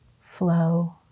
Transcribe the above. flow